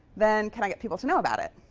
then can i get people to know about it?